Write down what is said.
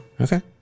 Okay